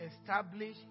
establish